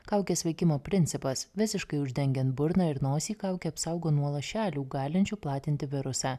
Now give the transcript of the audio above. kaukės veikimo principas visiškai uždengiant burną ir nosį kaukė apsaugo nuo lašelių galinčių platinti virusą